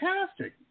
fantastic